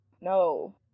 No